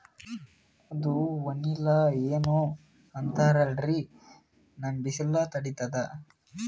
ಅದು ವನಿಲಾ ಏನೋ ಅಂತಾರಲ್ರೀ, ನಮ್ ಬಿಸಿಲ ತಡೀತದಾ?